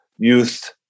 Youth